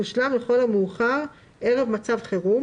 תושלם לכל המאוחר ערב מצב חירום,"